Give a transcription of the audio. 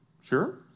Sure